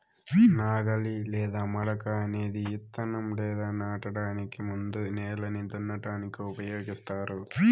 నాగలి లేదా మడక అనేది ఇత్తనం లేదా నాటడానికి ముందు నేలను దున్నటానికి ఉపయోగిస్తారు